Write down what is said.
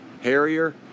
Harrier